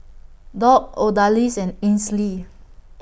Dock Odalis and Ainsley